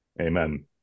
amen